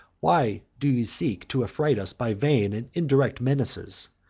why do ye seek to affright us by vain and indirect menaces?